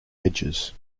edges